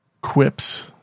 quips